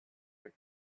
were